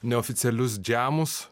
neoficialius džiamus